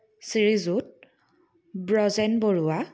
Srijut Brajen Barua